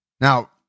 Now